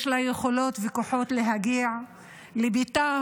יש לה יכולות וכוחות להגיע לביתה